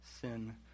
sin